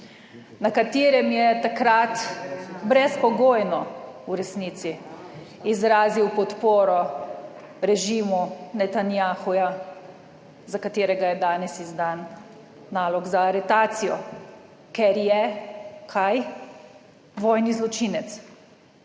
na katerem je takrat v resnici izrazil brezpogojno podporo režimu Netanjahuja, za katerega je danes izdan nalog za aretacijo. Ker je, kaj? Vojni zločinec.